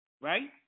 right